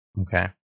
Okay